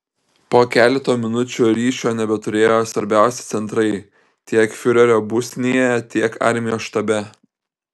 po keleto minučių ryšio nebeturėjo svarbiausi centrai tiek fiurerio būstinėje tiek armijos štabe